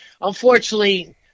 Unfortunately